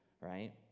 right